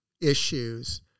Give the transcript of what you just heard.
issues